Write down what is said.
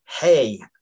Hey